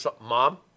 Mom